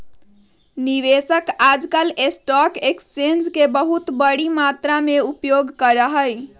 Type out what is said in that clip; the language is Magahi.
निवेशक आजकल स्टाक एक्स्चेंज के बहुत बडी मात्रा में उपयोग करा हई